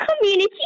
community